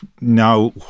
now